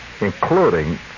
including